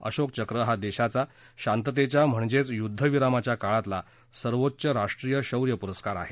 अशोक चक्र हा देशाचा शांततेच्या म्हणजेच युद्धविरामाच्या काळातला सर्वोच्च राष्ट्रीय शौर्य पुरस्कार आहे